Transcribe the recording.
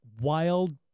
wild